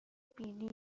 بینی